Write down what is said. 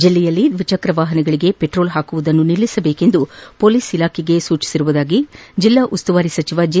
ಜಲ್ಲೆಯಲ್ಲಿ ದ್ವಿಚಕ್ರ ವಾಹನಗಳಿಗೆ ಪೆಟ್ರೋಲ್ ಹಾಕುವುದನ್ನು ನಿಲ್ಲಿಸಬೇಕೆಂದು ಮೊಲೀಸ್ ಇಲಾಖೆ ಸೂಚಿಸಲಾಗಿದೆ ಜಿಲ್ಲಾ ಉಸ್ತುವಾರಿ ಸಚಿವ ಜೆ